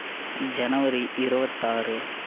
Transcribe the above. ஜனவரி இருபத்தாறு